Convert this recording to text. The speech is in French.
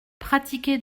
pratiquer